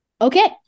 Okay